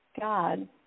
God